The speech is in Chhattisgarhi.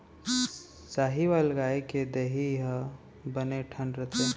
साहीवाल गाय के देहे ह बने ठस रथे